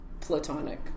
platonic